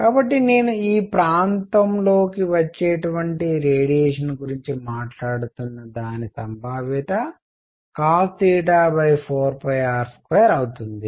కాబట్టి నేను ఈ ప్రాంతంలోకి వచ్చేటువంటి రేడియేషన్ గురించి మాట్లాడుతున్న దాని సంభావ్యత cos 4r2అవుతుంది